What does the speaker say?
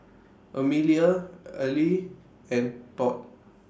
Amelia Aleah and Todd